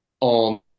on